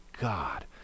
God